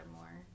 more